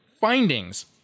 findings